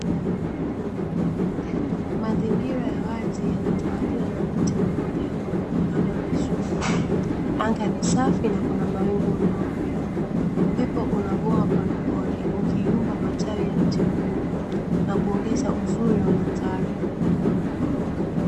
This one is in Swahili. Mazingira ya wazi yanatawaliwa na mti mmoja uliojipanga vizuri. Anga ni safi na kuna mawingu meupe, upepo unavuma polepole ukiyumba matawi ya mti huo na kuongeza uzuri wa mandhari.